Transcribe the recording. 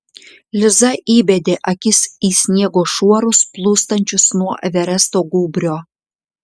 liza įbedė akis į sniego šuorus plūstančius nuo everesto gūbrio